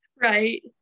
Right